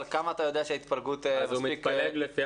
אבל כמה אתה יודע שההתפלגות מספיק --- אז הוא מתפלג לפי